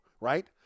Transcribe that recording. right